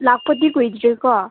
ꯂꯥꯛꯄꯗꯤ ꯀꯨꯏꯗ꯭ꯔꯤꯀꯣ